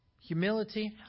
Humility